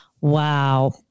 Wow